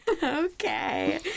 Okay